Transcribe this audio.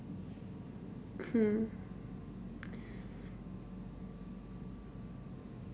hmm